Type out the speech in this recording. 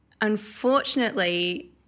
Unfortunately